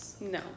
No